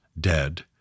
dead